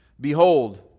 Behold